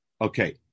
Okay